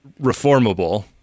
reformable